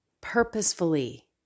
purposefully